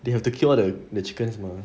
they have to kill all the the chickens mah